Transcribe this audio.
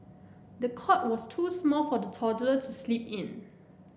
the cot was too small for the toddler to sleep in